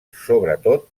sobretot